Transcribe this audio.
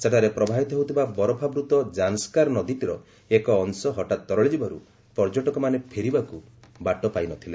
ସେଠାରେ ପ୍ରବାହିତ ହେଉଥିବା ବରଫାବୃତ୍ତ ଯାନ୍ସ୍କାର ନଦୀଟିର ଏକ ଅଂଶ ହଠାତ୍ ତରଳି ଯିବାରୁ ପର୍ଯ୍ୟଟକମାନେ ଫେରିବାକୁ ବାଟ ପାଇ ନ ଥିଲେ